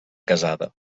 casada